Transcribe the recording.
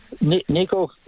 Nico